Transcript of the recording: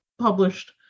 published